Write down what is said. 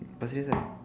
after this ah